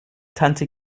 tante